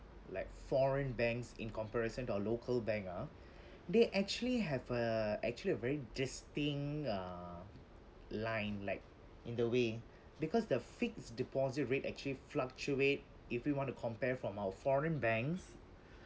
like foreign banks in comparison to our local bank ah they actually have a actually a very distinct uh line like in the way because the fixed deposit rate actually fluctuate if we want to compare from our foreign banks